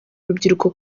urubyiruko